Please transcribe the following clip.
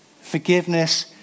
Forgiveness